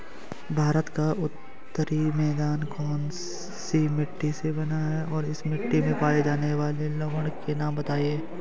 भारत का उत्तरी मैदान कौनसी मिट्टी से बना है और इस मिट्टी में पाए जाने वाले लवण के नाम बताइए?